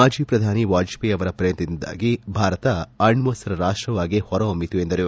ಮಾಣಿ ಪ್ರಧಾನಿ ವಾಜಪೇಯಿ ಅವರ ಪ್ರಯತ್ನದಿಂದಾಗಿ ಭಾರತ ಅಣ್ವಸ್ತ ರಾಷ್ಟವಾಗಿ ಹೊರಹೊಮ್ಜಿತು ಎಂದರು